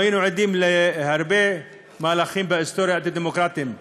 אנחנו היינו עדים להרבה מהלכים אנטי-דמוקרטיים בהיסטוריה,